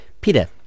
Peter